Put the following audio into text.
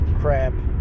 crap